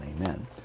Amen